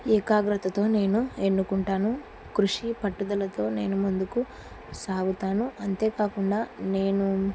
ఏకాగ్రతతో నేను ఎన్నుకుంటాను కృషి పట్టుదలతో నేను ముందుకు సాగుతాను అంతేకాకుండా నేను